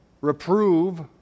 reprove